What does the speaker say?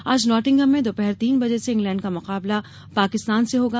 आज नॉटिंघम में दोपहर तीन बजे से इंग्लैंड का मुकाबला पाकिस्तान से होगा